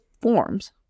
forms